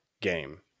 game